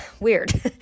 weird